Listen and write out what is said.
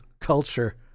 culture